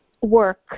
work